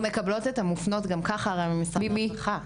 אנחנו מקבלות את המופנות גם ככה ממשרד הרווחה.